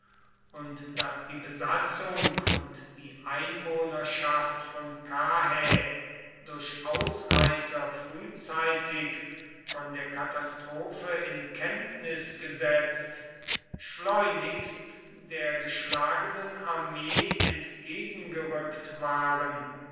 und daß die besatzung und die einwohnerschaft von karrhä durch ausreißer frühzeitig von der katastrophe in kenntnis gesetzt schleunigst der geschlagenen armee entgegengerückt waren